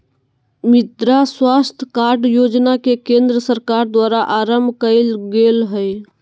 मृदा स्वास्थ कार्ड योजना के केंद्र सरकार द्वारा आरंभ कइल गेल हइ